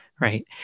Right